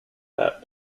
that